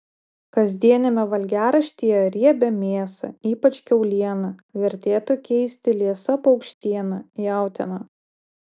kasdieniame valgiaraštyje riebią mėsą ypač kiaulieną vertėtų keisti liesa paukštiena jautiena